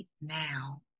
now